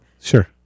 Sure